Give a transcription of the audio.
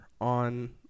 on